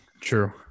true